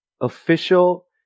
official